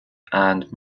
and